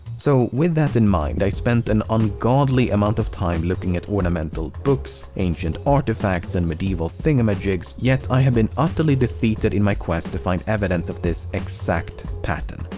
so, with that in mind, i spent an ungodly amount of time looking at ornamental books, ancient artifacts, and medieval thingamajigs, yet i have been utterly defeated in my quest to find evidence of this exact pattern.